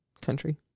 country